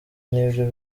n’ibyo